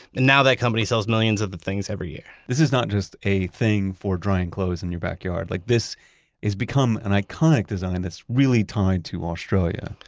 and now, that company sells millions of the things every year this is not just a thing for drying clothes in your backyard. like this has become an iconic design that's really tied to australia.